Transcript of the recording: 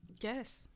Yes